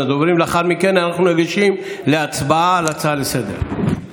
לאחר מכן אנחנו ניגשים להצבעה על ההצעה לסדר-היום.